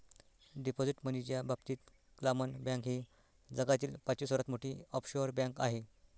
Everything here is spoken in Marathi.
डिपॉझिट मनीच्या बाबतीत क्लामन बँक ही जगातील पाचवी सर्वात मोठी ऑफशोअर बँक आहे